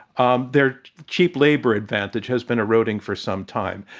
um their cheap labor advantage has been eroding for some time.